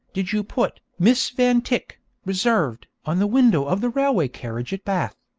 did you put miss van tyck reserved, on the window of the railway carriage at bath